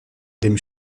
dem